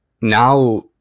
now